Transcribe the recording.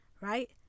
right